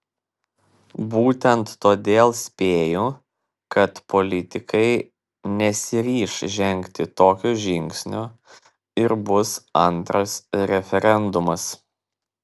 būtent todėl spėju kad politikai nesiryš žengti tokio žingsnio ir bus antras referendumas